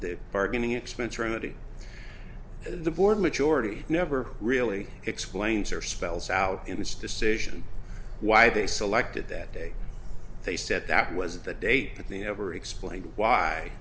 the bargaining expense remedy the board majority never really explains or spells out in this decision why they selected that day they said that was the date but they never explained why